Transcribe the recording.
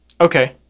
Okay